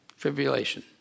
Tribulation